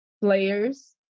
players